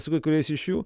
su kai kuriais iš jų